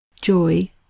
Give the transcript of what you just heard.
joy